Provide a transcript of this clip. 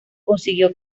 consiguió